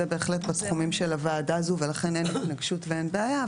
זה בהחלט בתחומים של הוועדה הזו ולכן אין התנגשות ואין בעיה.